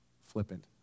flippant